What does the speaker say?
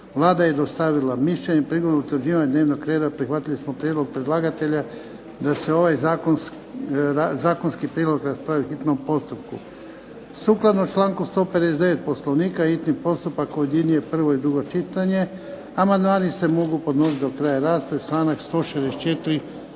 Vlada je dostavila mišljenje. Prigodom utvrđivanja dnevnog reda prihvatili smo prijedlog predlagatelja da se ovaj zakonski prijedlog raspravi u hitnom postupku. Sukladno članku 159. Poslovnika hitni postupak objedinjuje prvo i drugo čitanje. Amandmani se mogu podnositi do kraja rasprave, članak 164. Poslovnika.